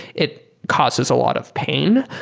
it causes a lot of pain.